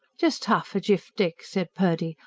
just half a jiff, dick, said purdy.